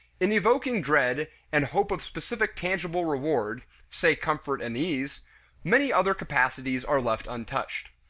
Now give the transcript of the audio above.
in evoking dread and hope of specific tangible reward say comfort and ease many other capacities are left untouched.